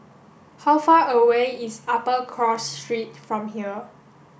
how far away is Upper Cross Street from here